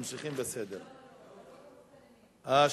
ממשיכים בסדר-היום.